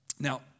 Now